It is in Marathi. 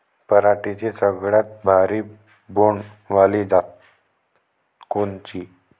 पराटीची सगळ्यात भारी बोंड वाली जात कोनची?